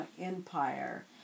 empire